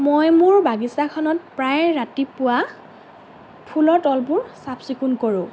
মই মোৰ বাগিচাখনত প্ৰায় ৰাতিপুৱা ফুলৰ তলবোৰ চাফ চিকুণ কৰোঁ